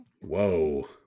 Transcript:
Whoa